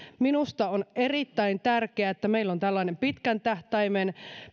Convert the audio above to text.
minusta on erittäin tärkeää että meillä on tällainen pitkän tähtäimen